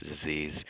disease